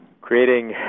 Creating